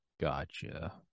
gotcha